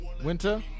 Winter